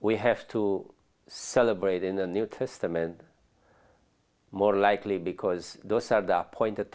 we have to celebrate in the new testament more likely because those are the point